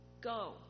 Go